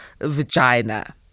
vagina